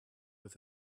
with